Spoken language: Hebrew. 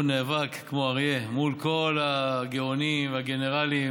איך הוא נאבק כמו אריה מול כל הגאונים, הגנרלים,